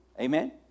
Amen